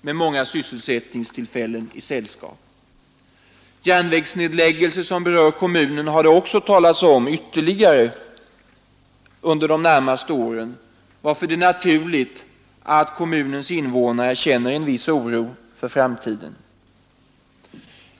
med många sysselsättningstillfällen i sällskap. Ytterligare järnvägsnedläggelser som berör kommunen har det också talats om de närmaste åren, varför det är naturligt att Nässjös invånare känner en viss oro för framtiden.